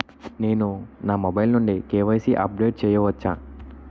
నేను నా మొబైల్ నుండి కే.వై.సీ ని అప్డేట్ చేయవచ్చా?